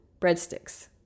breadsticks